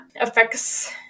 affects